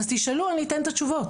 אז תשאלו, אני אתן את התשובות.